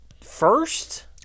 first